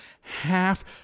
half